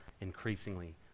increasingly